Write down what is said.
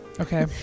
Okay